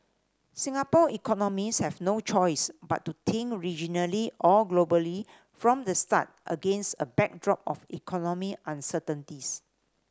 Singapore economics have no choice but to think regionally or globally from the start against a backdrop of economic uncertainties